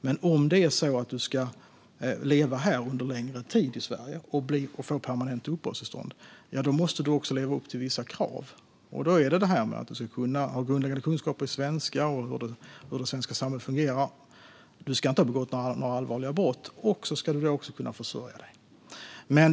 Men om man ska leva under längre tid i Sverige och få permanent uppehållstillstånd måste man leva upp till vissa krav. Man ska ha grundläggande kunskaper i svenska och om hur det svenska samhället fungerar, man ska inte ha begått några allvarliga brott och man ska kunna försörja sig.